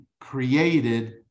created